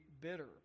bitter